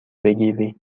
بگیری